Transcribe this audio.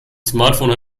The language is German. smartphone